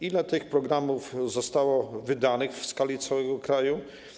Ile tych programów zostało przyjętych w skali całego kraju?